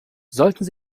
sollten